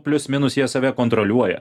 plius minus jie save kontroliuoja